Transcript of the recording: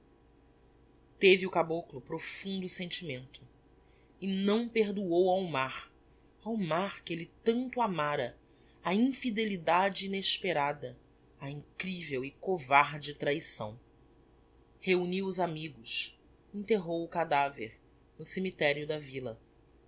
teve o caboclo profundo sentimento e não perdoou ao mar ao mar que elle tanto amara a infidelidade inesperada a incrivel e covarde traição reuniu os amigos enterrou o cadaver no cemiterio da villa